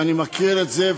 ואני מכיר את זה,